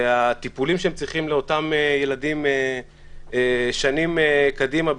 והטיפולים שהם צריכים לאותם ילדים שנים קדימה,